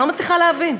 אני לא מצליחה להבין.